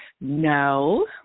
No